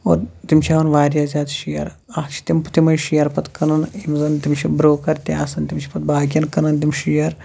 اور تِم چھِ ہٮ۪وان واریاہ زیادٕ شِیر اَکھ چھِ تِم تِمٕے شِیر پتہٕ کٕنان یِم زَن تِم چھِ برٛوکَر تہِ آسان تِم چھِ پتہٕ باقِیَن کٔنان تِم شِیر